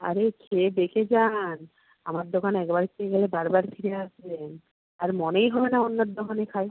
আরে খেয়ে দেখে যান আমার দোকানে একবার খেয়ে গেলে বারবার ফিরে আসবেন আর মনেই হবে না অন্যের দোকানে খাই